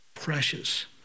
Precious